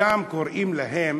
שם קוראים להם